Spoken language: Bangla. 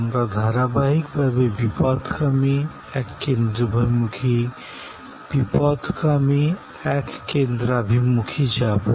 আমরা পর্যায়ক্রমে ডাইভার্জেন্ট কনভার্জেন্ট ডাইভার্জেন্ট কনভার্জেন্ট এই পদ্ধতি অনুসরণ করবো